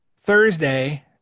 thursday